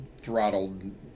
throttled –